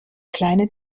kleine